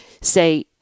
say